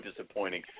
disappointing